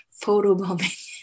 photobombing